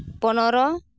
ᱯᱚᱱᱮᱨᱚ